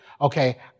okay